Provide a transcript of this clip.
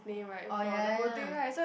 oh ya ya ya